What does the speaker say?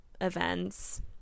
events